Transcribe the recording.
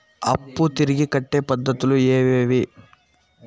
అప్పులు తిరిగి కట్టే పద్ధతులు ఏవేవి